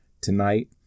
Tonight